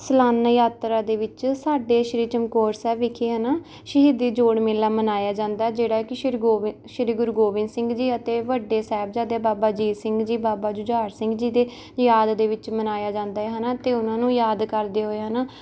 ਸਲਾਨਾ ਯਾਤਰਾ ਦੇ ਵਿੱਚ ਸਾਡੇ ਸ਼੍ਰੀ ਚਮਕੌਰ ਸਾਹਿਬ ਵਿਖੇ ਹੈ ਨਾ ਸ਼ਹੀਦੀ ਜੋੜ ਮੇਲਾ ਮਨਾਇਆ ਜਾਂਦਾ ਹੈ ਜਿਹੜਾ ਕਿ ਸ਼੍ਰੀ ਗੋਬਿੰਦ ਸ਼੍ਰੀ ਗੁਰੂ ਗੋਬਿੰਦ ਸਿੰਘ ਜੀ ਅਤੇ ਵੱਡੇ ਸਾਹਿਬਜ਼ਾਦੇ ਬਾਬਾ ਅਜੀਤ ਸਿੰਘ ਜੀ ਬਾਬਾ ਜੁਝਾਰ ਸਿੰਘ ਜੀ ਦੀ ਯਾਦ ਦੇ ਵਿੱਚ ਮਨਾਇਆ ਜਾਂਦਾ ਹੈ ਹੈ ਨਾ ਅਤੇ ਉਨ੍ਹਾਂ ਨੂੰ ਯਾਦ ਕਰਦੇ ਹੋਏ ਹੈ ਨਾ